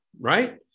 right